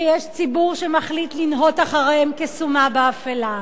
שיש ציבור שמחליט לנהות אחריהם כסומא באפלה.